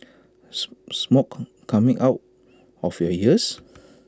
smoke coming out of your ears